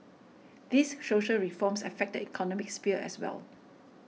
these social reforms affect the economic sphere as well